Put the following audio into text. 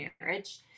marriage